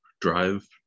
drive